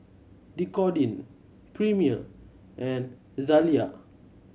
Dequadin Premier and Zalia